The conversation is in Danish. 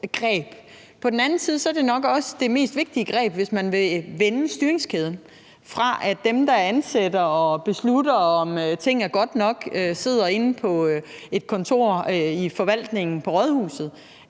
På den anden side er det nok også det mest vigtige greb, hvis man vil vende styringskæden. Skal dem, der ansætter og beslutter om tingene er gode nok, være nogle, der sidder inde på et kontor i forvaltningen på rådhuset,